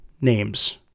names